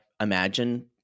imagine